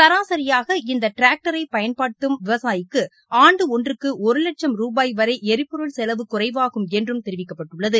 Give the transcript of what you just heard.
சராசரியாக இந்த டிராக்டரை பயன்படுத்தும் விவசாயிக்கு ஆன்டொன்றுக்கு ஒரு லட்சம் ரூபாய் வரை எரிபொருள் செலவு குறைவாகும் என்றும் தெரிவிக்கப்பட்டுள்ளது